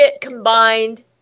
combined